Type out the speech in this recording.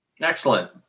Excellent